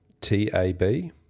T-A-B